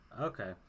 Okay